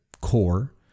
core